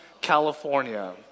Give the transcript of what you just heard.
California